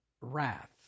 wrath